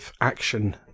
action